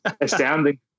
astounding